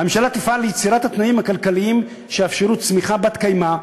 "הממשלה תפעל ליצירת התנאים הכלכליים שיאפשרו צמיחה בת-קיימא,